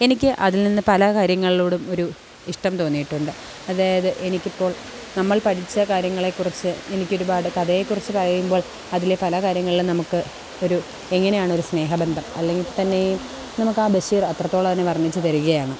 എനിക്ക് അതിൽ നിന്ന് പല കാര്യങ്ങളോടും ഒരു ഇഷ്ടം തോന്നിയിട്ടുണ്ട് അതായത് എനിക്കിപ്പോൾ നമ്മൾ പഠിച്ച കാര്യങ്ങളെക്കുറിച്ച് എനിക്കൊരുപാട് കഥയെക്കുറിച്ച് പറയുമ്പോൾ അതിലെ പല കാര്യങ്ങളിലും നമുക്ക് ഒരു എങ്ങനെയാണൊരു സ്നേഹബന്ധം അല്ലങ്കിൽ തന്നെയും നമുക്കാ ബഷീർ അത്രത്തോളം തന്നെ വർണ്ണിച്ച് തരികയാണ്